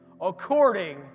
according